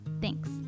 thanks